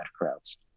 crowds